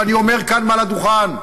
ואני אומר כאן מעל הדוכן,